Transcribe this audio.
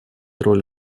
роль